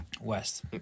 West